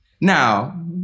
Now